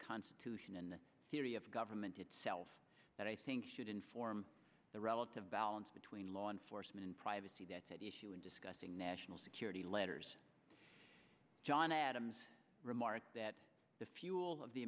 constitution in theory of government itself that i think should inform the relative balance between law enforcement privacy that's at issue when discussing national security letters john adams remarked that the fuel of the